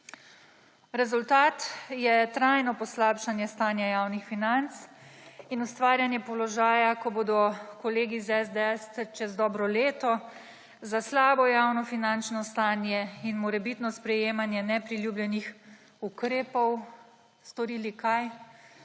Rezultat je trajno poslabšanje stanja javnih financ in ustvarjanje položaja, ko bodo kolegi iz SDS čez dobro leto za slabo javnofinančno stanje in morebitno sprejemanje nepriljubljenih ukrepov storili – kaj?